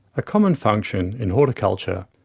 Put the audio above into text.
a common function in horticulture,